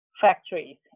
factories